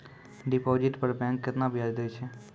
Deposit पर bank केतना ब्याज दै छै?